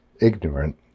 ignorant